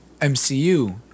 MCU